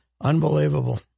unbelievable